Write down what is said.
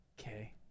Okay